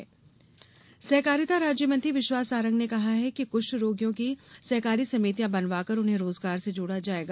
कुष्ठरोगी सहकारिता राज्य मंत्री विश्वास सारंग ने कहा है कि कुष्ठ रोगियों की सहकारी समितियाँ बनवाकर उन्हें रोजगार से जोड़ा जायेगा